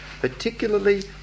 particularly